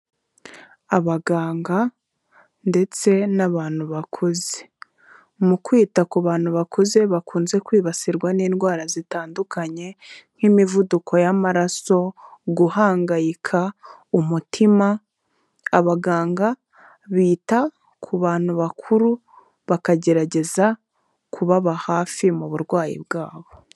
Abaganga ndetse n'abantu bakuze; mu kwita ku bantu bakuze bakunze kwibasirwa n'indwara zitandukanye: nk'imivuduko y'amaraso, guhangayika, umutima; abaganga bita ku bantu bakuru bakagerageza kubaba hafi mu burwayi bwabo.